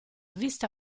vista